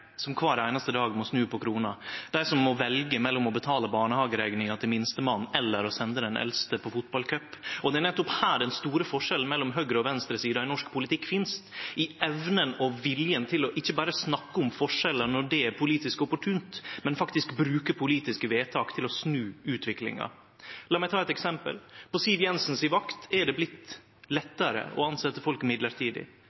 som kvar einaste dag må snu på krona, dei som må velje mellom å betale barnehagerekninga til minstemann eller å sende den eldste på fotballcup. Det er nettopp her den store forskjellen mellom høgre- og venstresida i norsk politikk finst, i evna og viljen til å ikkje berre snakke om forskjellar når det er politisk opportunt, men faktisk bruke politiske vedtak til å snu utviklinga. La meg ta eit eksempel. På Siv Jensen si vakt har det